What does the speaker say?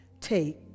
take